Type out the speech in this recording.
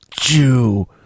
Jew